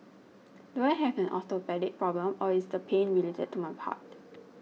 do I have an orthopaedic problem or is the pain related to my heart